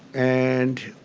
and